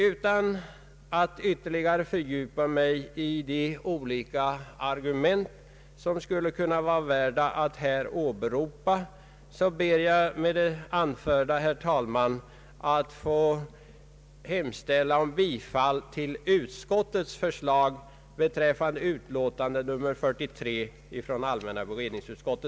Utan att ytterligare fördjupa mig i de olika argument som skulle kunna vara värda att åberopa ber jag med det anförda, herr talman, att få hemställa om bifall till allmänna beredningsutskottets förslag i dess utlåtande nr 43.